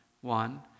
one